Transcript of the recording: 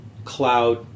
Cloud